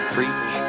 Preach